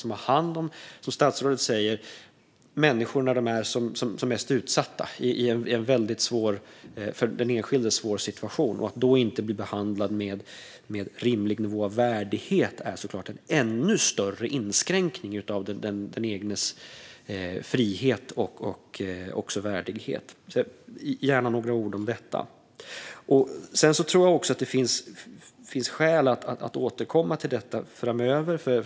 Den har ju, som statsrådet säger, hand om människor när de är som mest utsatta i en för den enskilde väldigt svår situation. Om man då inte blir behandlad med en rimlig nivå av värdighet utgör såklart en ännu större inskränkning av den egna friheten och värdigheten. Jag vill gärna höra några ord om detta. Jag tror att det finns skäl att återkomma till detta framöver.